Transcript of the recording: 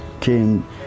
came